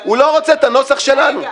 הוא לא רוצה את הנוסח שלנו